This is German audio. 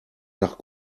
nach